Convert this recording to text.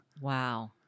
Wow